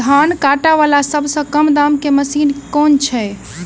धान काटा वला सबसँ कम दाम केँ मशीन केँ छैय?